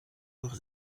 doch